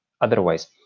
otherwise